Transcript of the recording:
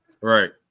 Right